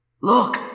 Look